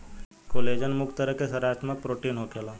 collagen मुख्य तरह के संरचनात्मक प्रोटीन होखेला